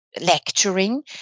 lecturing